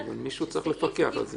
אבל מישהו צריך לפקח על זה.